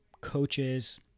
coaches